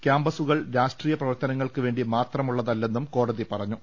campus കൾ രാഷ്ട്രീയ പ്രവർത്തനങ്ങൾക്കുവേണ്ടി മാത്രമുള്ളതല്ലെന്നും കോടതി പറഞ്ഞു